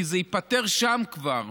כי זה ייפתר כבר שם.